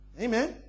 Amen